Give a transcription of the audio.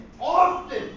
often